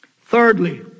Thirdly